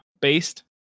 based